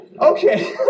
Okay